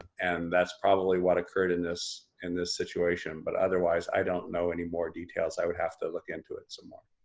and that's probably what occurred in this and this situation but otherwise i don't know any more details. i would have to look into it some more.